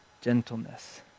gentleness